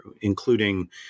including